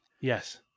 Yes